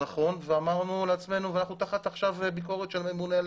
ואנחנו עכשיו תחת ביקורת של הממונה על